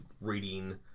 reading